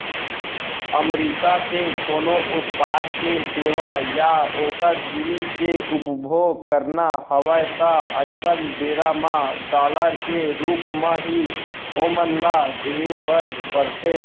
अमरीका के कोनो उत्पाद के सेवा या ओखर जिनिस के उपभोग करना हवय ता अइसन बेरा म डॉलर के रुप म ही ओमन ल देहे बर परथे